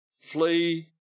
flee